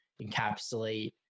encapsulate